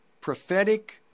prophetic